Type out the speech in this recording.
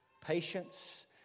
patience